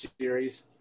series